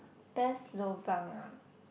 best lobang ah